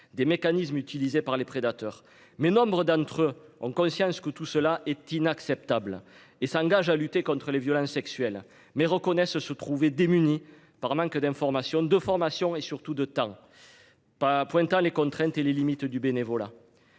des mécanismes utilisés par les prédateurs. Mais nombre d'entre eux ont conscience que tout cela est inacceptable et s'engage à lutter contre les violences sexuelles mais reconnaissent se trouver démunies par manque d'information, de formation et surtout de temps. Pas pointant les contraintes et les limites du bénévolat.